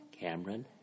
Cameron